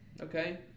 Okay